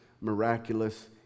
miraculous